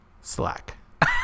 Slack